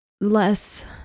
less